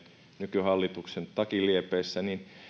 nykyhallituksen takinliepeessä